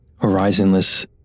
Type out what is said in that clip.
Horizonless